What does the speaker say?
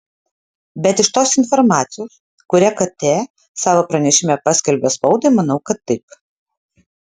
bet iš tos informacijos kurią kt savo pranešime paskelbė spaudai manau kad taip